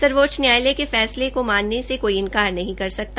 सर्वोच्च न्यायालय के फैसले को मानने से कोई इंकार नहीं कर सकता